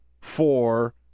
four